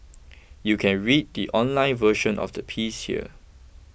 you can read the online version of the piece here